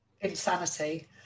insanity